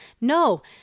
No